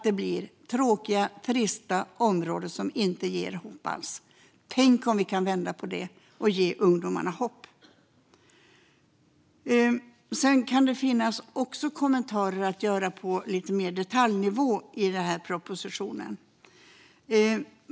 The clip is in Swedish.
Det blir tråkiga, trista områden som inte ger hopp alls. Tänk om vi kunde vända på det och ge ungdomarna hopp? Det kan också lämnas kommentarer lite mer på detaljnivå i propositionen.